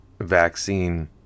vaccine